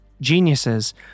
geniuses